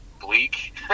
bleak